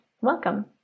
Welcome